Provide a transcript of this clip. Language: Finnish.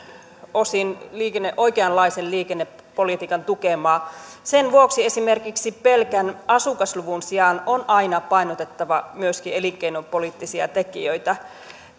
osin myös oikeanlaisen liikennepolitiikan tukemaa sen vuoksi esimerkiksi pelkän asukasluvun sijaan on aina painotettava myöskin elinkeinopoliittisia tekijöitä